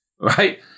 right